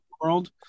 world